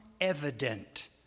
evident